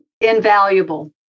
invaluable